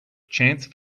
chance